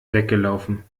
weggelaufen